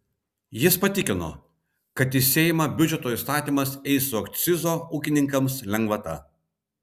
jis patikino kad į seimą biudžeto įstatymas eis su akcizo ūkininkams lengvata